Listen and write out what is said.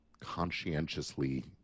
conscientiously